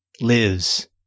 lives